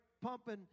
pumping